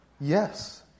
Yes